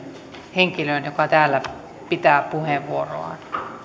henkilöön joka täällä pitää puheenvuoroaan